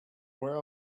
where